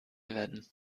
werden